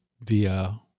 via